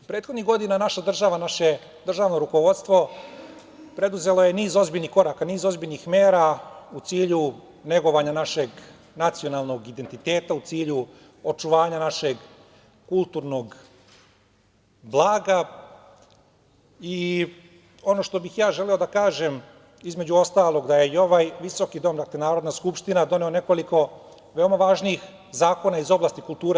Prethodnih godina naša država, naše državno rukovodstvo preduzelo je niz ozbiljnih koraka, niz ozbiljnih mera u cilju negovanja našeg nacionalnog identiteta, u cilju očuvanja našeg kulturnog blaga i ono što bih ja želeo da kažem, između ostalog, da je i ovaj visoki dom, dakle Narodna skupština, doneo nekoliko veoma važnih zakona iz oblasti kulture.